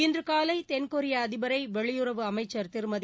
இன்று காலை தென்கொரிய அதிபரை வெளியுறவு அமைச்சா் திருமதி